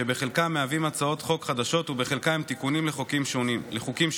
שבחלקם מהווים הצעות חוק חדשות ובחלקם הם תיקונים לחוקים שונים.